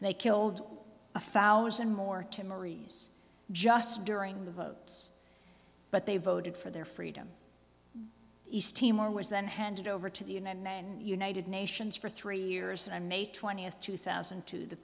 they killed a thousand more to marie's just during the votes but they voted for their freedom east timor was then handed over to the united main united nations for three years and i may twentieth two thousand and two the